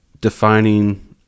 defining